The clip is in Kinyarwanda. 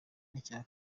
n’icya